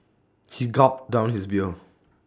he gulped down his beer